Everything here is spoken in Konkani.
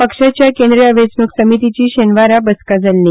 पक्षाच्या केंद्रीय वेंचणुक समितीची शेनवारा बसका जाल्ली